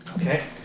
Okay